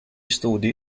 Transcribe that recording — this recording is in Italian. studi